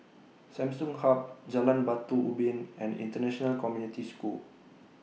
Samsung Hub Jalan Batu Ubin and International Community School